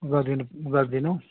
गरिदिनु गरिदिनु